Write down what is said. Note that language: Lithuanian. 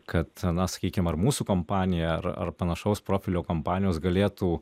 kad na sakykim ar mūsų kompanija ar ar panašaus profilio kompanijos galėtų